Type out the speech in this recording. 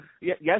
yes